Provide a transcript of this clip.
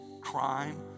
crime